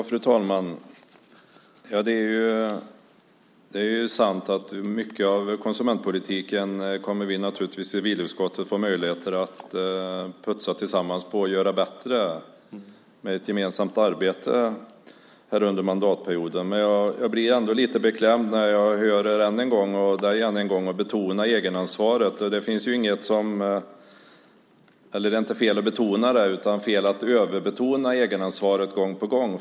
Fru talman! Det är sant att vi i civilutskottet naturligtvis kommer att få möjligheter att tillsammans putsa på mycket av konsumentpolitiken och göra den bättre i ett gemensamt arbete under mandatperioden. Men jag blir ändå lite beklämd när jag än en gång hör dig betona egenansvaret. Det är inte fel att betona det, utan det är fel att överbetona egenansvaret gång på gång.